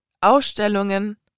Ausstellungen